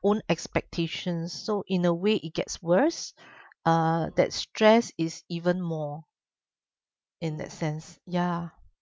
my own expectations so in a way it gets worse uh that stress is even more in that sense ya